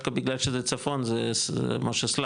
דווקא בגלל שזה צפון זה משה סלו,